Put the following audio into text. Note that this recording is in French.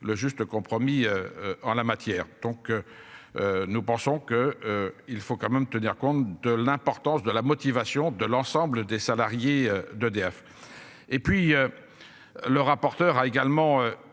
le juste compromis. En la matière donc. Nous pensons que il faut quand même tenir compte de l'importance de la motivation de l'ensemble des salariés d'EDF et puis. Le rapporteur a également